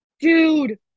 dude